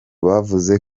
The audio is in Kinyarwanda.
bavuze